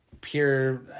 pure